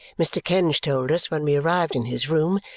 mr. kenge told us when we arrived in his room,